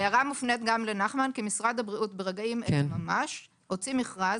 ההערה מופנית גם לנחמן כי משרד הבריאות ברגעים אלה ממש הוציא מכרז